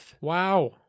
Wow